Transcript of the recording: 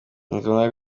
ngombwa